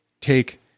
take